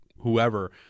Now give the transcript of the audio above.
Whoever